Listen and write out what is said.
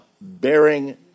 bearing